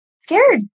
scared